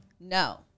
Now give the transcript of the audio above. no